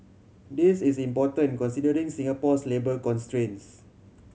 this is important considering Singapore's labour constraints